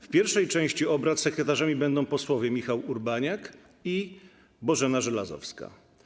W pierwszej części obrad sekretarzami będą posłowie Michał Urbaniak i Bożena Żelazowska.